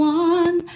one